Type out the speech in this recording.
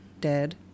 Dead